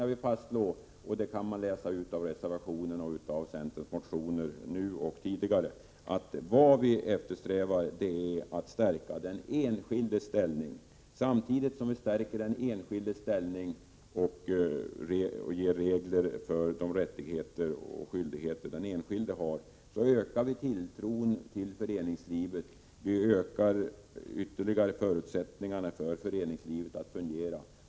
Jag vill fastslå att vad vi eftersträvar — det kan man utläsa av reservationen och av centerns motioner nu och tidigare — är att stärka den enskildes ställning. Samtidigt som vi stärker den enskildes ställning och anger vilka rättigheter och skyldigheter den enskilde har ökar vi tilltron till föreningslivet och förutsättningarna för föreningslivet att fungera.